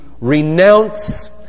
renounce